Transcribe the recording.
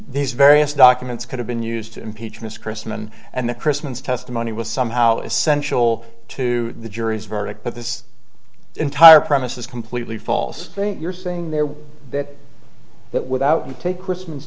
these various documents could have been used to impeach miss christman and the christmas testimony was somehow essential to the jury's verdict but this entire premise is completely false i think you're saying there that that without you take krist